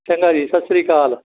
ਚੰਗਾ ਜੀ ਸਤਿ ਸ਼੍ਰੀ ਅਕਾਲ